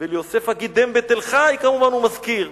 וליוסף הגידם בתל-חי" כמובן הוא מזכיר.